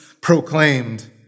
proclaimed